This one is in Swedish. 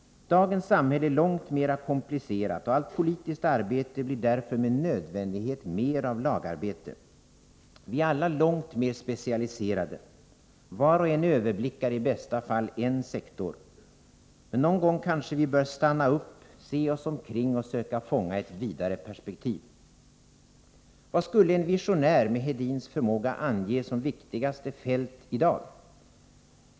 Dagens samhälle är långt mer komplicerat, och allt politiskt arbete blir därför med nödvändighet mer av lagarbete. Vi är alla mycket mer specialiserade. Var och en överblickar i bästa fall en sektor. Men någon gång bör vi kanske stanna upp, se oss omkring och söka fånga ett vidare perspektiv. Vad skulle en visionär med Hedins förmåga ange som viktigaste fält i dag?